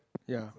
ya